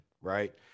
right